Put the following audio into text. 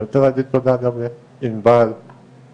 אני רוצה להגיד תודה גם לעינבל ולצוות,